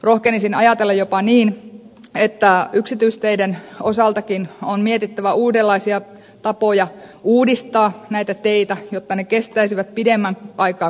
rohkenisin ajatella jopa niin että yksityisteiden osaltakin on mietittävä uudenlaisia tapoja uudistaa näitä teitä jotta ne kestäisivät pidemmän aikaa kuin pari vuotta